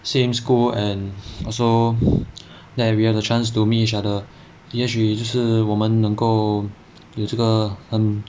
same school and also that we have the chance to meet each other 也许就是我们能够有这个很